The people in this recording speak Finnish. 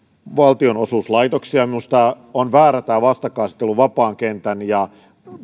valtionosuuslaitoksia minusta on väärä tämä vastakkainasettelu vapaan kentän ja